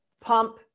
pump